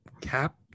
cap